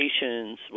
patients